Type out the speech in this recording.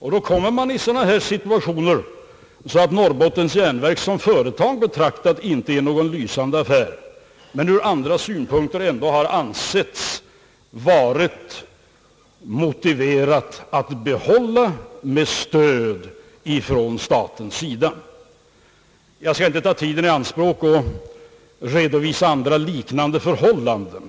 I sådana situationer ställs man inför att Norrbottens järnverk som företag betraktat inte är någon lysande affär, men ur andra synpunkter anses det ändå vara motiverat att hålla företaget i gång med stöd från statens sida. Jag skall inie ta tiden i anspråk med att redovisa andra liknande förhållanden.